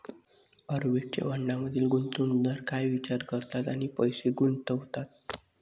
Arbitrage फंडांमधील गुंतवणूकदार काय विचार करतात आणि पैसे गुंतवतात?